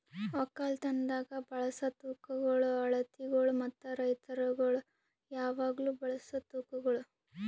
ಒಕ್ಕಲತನದಾಗ್ ಬಳಸ ತೂಕಗೊಳ್, ಅಳತಿಗೊಳ್ ಮತ್ತ ರೈತುರಗೊಳ್ ಯಾವಾಗ್ಲೂ ಬಳಸ ತೂಕಗೊಳ್